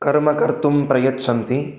कर्म कर्तुं प्रयच्छन्ति